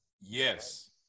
Yes